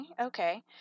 Okay